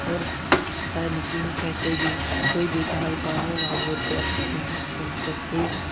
और चाहे नदी हो चाहे कोई भी कोई भी हो जहाँ भी पानी है वहाँ भी वो तैर सकते हैं जिसमें उनको कोई